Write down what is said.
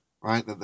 Right